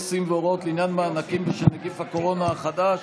מיסים והוראות לעניין מענקים בשל נגיף הקורונה החדש